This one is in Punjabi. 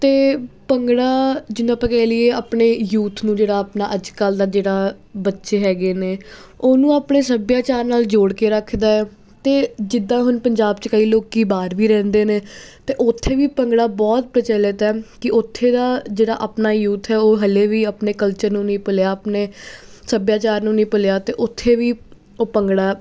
ਅਤੇ ਭੰਗੜਾ ਜਿਹਨੂੰ ਆਪਾਂ ਕਹਿ ਲਈਏ ਆਪਣੇ ਯੂਥ ਨੂੰ ਜਿਹੜਾ ਆਪਣਾ ਅੱਜ ਕੱਲ੍ਹ ਦਾ ਜਿਹੜਾ ਬੱਚੇ ਹੈਗੇ ਨੇ ਉਹਨੂੰ ਆਪਣੇ ਸੱਭਿਆਚਾਰ ਨਾਲ ਜੋੜ ਕੇ ਰੱਖਦਾ ਅਤੇ ਜਿੱਦਾਂ ਹੁਣ ਪੰਜਾਬ 'ਚ ਕਈ ਲੋਕ ਬਾਹਰ ਵੀ ਰਹਿੰਦੇ ਨੇ ਅਤੇ ਉੱਥੇ ਵੀ ਭੰਗੜਾ ਬਹੁਤ ਪ੍ਰਚਲਿਤ ਹੈ ਕਿ ਉੱਥੇ ਦਾ ਜਿਹੜਾ ਆਪਣਾ ਯੂਥ ਹੈ ਉਹ ਹਾਲੇ ਵੀ ਆਪਣੇ ਕਲਚਰ ਨੂੰ ਨਹੀਂ ਭੁੱਲਿਆ ਆਪਣੇ ਸੱਭਿਆਚਰ ਨੂੰ ਨਹੀਂ ਭੁੱਲਿਆ ਅਤੇ ਉੱਥੇ ਵੀ ਉਹ ਭੰਗੜਾ